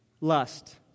lust